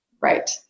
Right